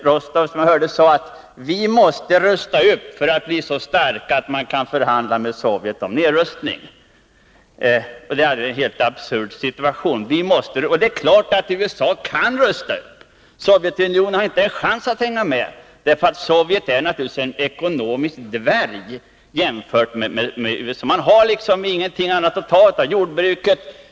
Rostow säga att ”vi måste rusta upp för att bli så starka att vi kan förhandla med Sovjetunionen om nedrustning”. Det är en helt absurd situation. Det är klart att USA kan rusta upp — Sovjetunionen har inte en chans att hänga med, därför att Sovjet naturligtvis är en ekonomisk dvärg jämfört med USA. Sovjet har inget annat att ta av. Jordbruket är hårt trängt.